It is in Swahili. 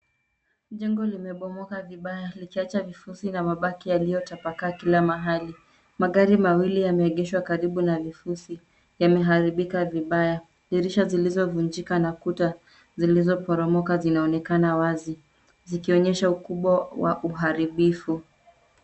Jengo limebomoka vibaya likiacha vifuzi na mabaki yaliyotapakaa kila mahali. Magari mawili yameegeshwa karibu na vifusi, yameharibika vibaya. Dirisha zilizovunjika na kuta zilizoporomoka zinaonekana wazi zikionyesha ukubwa wa uharibifu.